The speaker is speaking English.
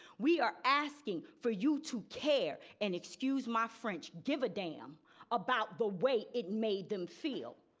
we are asking for you to care and excuse my french give a damn about the way it made them feel.